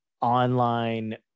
online